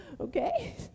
Okay